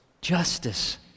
Justice